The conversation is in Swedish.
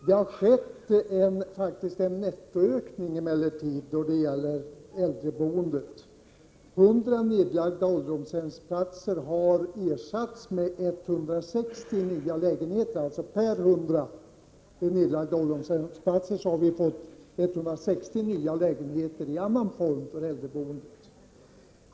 Det har faktiskt skett en nettoökning av platstillgången då det gäller äldreboendet. 100 nedlagda ålderdomshemsplatser har ersatts med 160 nya lägenheter. Vi har alltså per 100 nedlagda ålderdomshemsplatser fått 160 nya lägenheter för äldreboende i annan form.